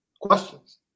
questions